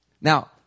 Now